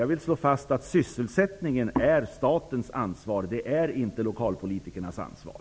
Jag vill slå fast att sysselsättningen är statens ansvar. Det är inte lokalpolitikernas ansvar.